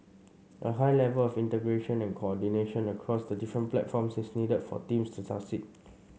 a high level of integration and coordination across the different platforms is needed for teams to succeed